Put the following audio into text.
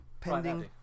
Pending